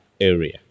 area